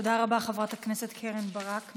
תודה רבה, חברת הכנסת קרן ברק.